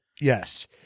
Yes